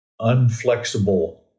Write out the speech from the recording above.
unflexible